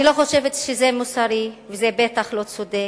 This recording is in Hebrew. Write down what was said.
אני לא חושבת שזה מוסרי, וזה בטח לא צודק,